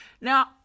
Now